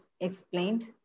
explained